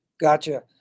Gotcha